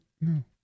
No